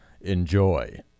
Enjoy